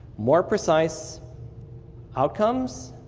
more precise outcomes,